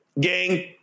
Gang